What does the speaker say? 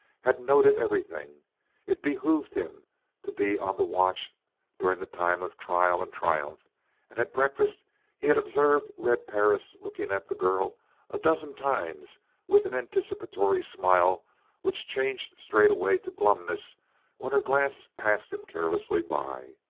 had noted everything it behooved him to be on the watch during the time of trial and triumph and at breakfast he had observed red perris looking at the girl a dozen times with an anticipatory smile which changed straightway to glumness when her glance passed him carelessly by.